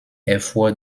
erfuhr